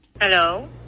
Hello